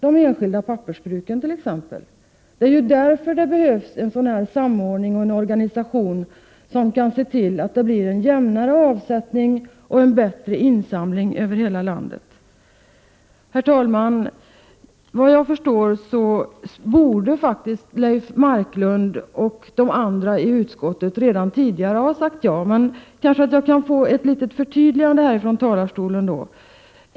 de enskilda pappersbruken. Det är därför en gemensam organisation behövs, som kan se till att det blir en jämnare avsättning och en bättre insamling över hela landet. Herr talman! Såvitt jag förstår borde Leif Marklund och de andra i utskottet redan tidigare ha sagt ja till vårt förslag. Jag kan kanske få ett förtydligande nu från talarstolen.